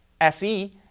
SE